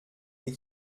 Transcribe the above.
est